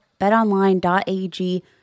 BetOnline.ag